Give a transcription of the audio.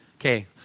Okay